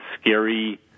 scary